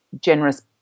generous